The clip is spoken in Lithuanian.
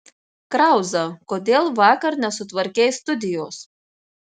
krauza kodėl vakar nesutvarkei studijos